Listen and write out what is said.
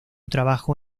trabajo